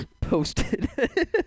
posted